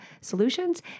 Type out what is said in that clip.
solutions